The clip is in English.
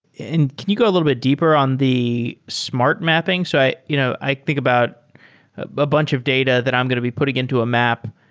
can you go a little bit deeper on the smart mapping? so i you know i think about a bunch of data that i'm going to be putting into a map.